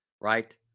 right